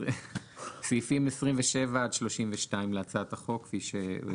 ועכשיו סעיפים 32-27 להצעת החוק כפי שהוקראו.